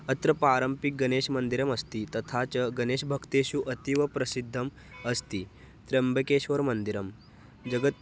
अत्र पारम्परिकं गणेशमन्दिरमस्ति तथा च गणेशभक्तेषु अतीव प्रसिद्धम् अस्ति त्र्यम्बकेश्वर्मन्दिरं जगत्